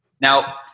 Now